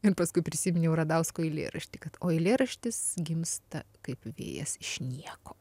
ir paskui prisiminiau radausko eilėraštį kad o eilėraštis gimsta kaip vėjas iš nieko